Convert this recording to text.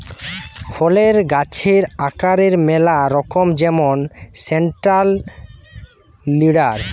ফলের গাছের আকারের ম্যালা রকম যেমন সেন্ট্রাল লিডার